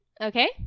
Okay